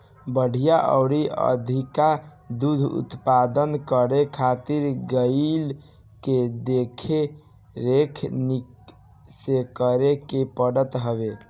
बढ़िया अउरी अधिका दूध उत्पादन करे खातिर गाई के देख रेख निक से करे के पड़त हवे